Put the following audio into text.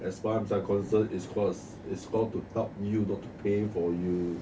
as far as I'm concerned it's called it's called to help you not to pay for you